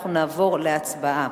אנחנו נעבור להצבעה.